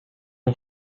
اون